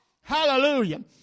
Hallelujah